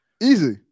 Easy